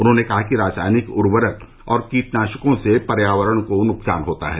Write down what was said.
उन्होंने कहा कि रासायनिक उर्वरक और कीटनाशकों से पर्यावरण को नुकसान होता है